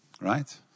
Right